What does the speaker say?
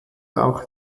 auch